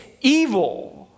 evil